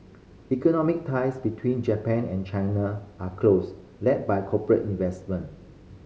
economic ties between Japan and China are close led by corporate investment